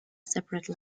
separate